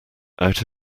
out